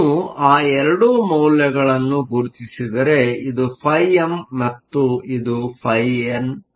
ನೀವು ಆ 2 ಮೌಲ್ಯಗಳನ್ನು ಗುರುತಿಸಿದರೆ ಇದು φm ಮತ್ತು ಇದು φn ಆಗಿದೆ